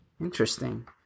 Interesting